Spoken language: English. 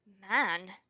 man